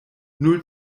null